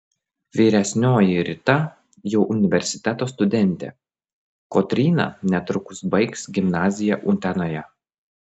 vyresnioji rita jau universiteto studentė kotryna netrukus baigs gimnaziją utenoje